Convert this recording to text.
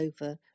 over